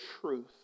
truth